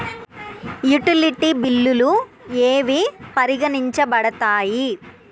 Utility బిల్లులు ఏవి పరిగణించబడతాయి?